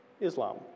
Islam